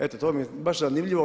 Eto to mi je baš zanimljivo.